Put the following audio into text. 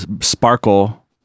sparkle